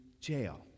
jail